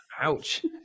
ouch